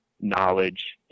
knowledge